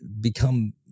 become